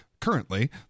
currently